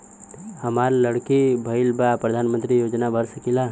हमार लड़की भईल बा प्रधानमंत्री योजना भर सकीला?